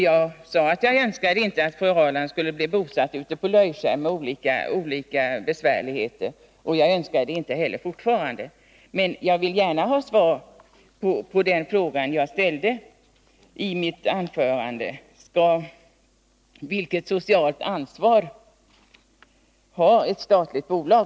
Jag sade att jag inte önskade att fru Ahrland skulle bli bosatt ute på Löjskär, men jag vill gärna ha svar på den fråga jag ställde i mitt anförande: Vilket socialt ansvar har ett statligt bolag?